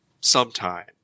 sometime